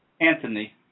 Anthony